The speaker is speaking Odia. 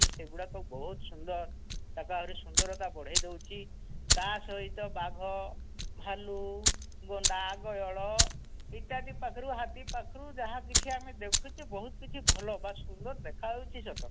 ସେଗୁଡ଼ାକ ବହୁତ ସୁନ୍ଦର ତାକୁ ଆହୁରି ସୁନ୍ଦରତା ବଢ଼େଇ ଦେଉଛି ତା' ସହିତ ବାଘ ଭାଲୁ ଗଣ୍ଡା ଗୟଳ ଇତ୍ୟାଦି ପାଖରୁ ହାତୀ ପାଖରୁ ଯାହା କିଛି ଆମେ ଦେଖୁଛେ ବହୁତ କିଛି ଭଲ ବା ସୁନ୍ଦର ଦେଖା ହେଉଛି ସତ